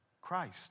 Christ